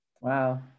Wow